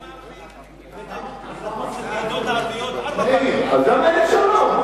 המדיניות הערביות, אז למה אין שלום?